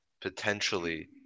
potentially